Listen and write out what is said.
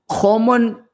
common